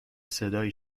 صدایی